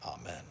Amen